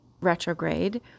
retrograde